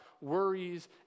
worries